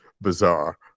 bizarre